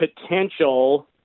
potential